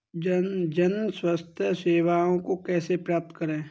जन स्वास्थ्य सेवाओं को कैसे प्राप्त करें?